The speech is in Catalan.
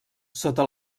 sota